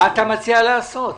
מה אתה מציע לעשות?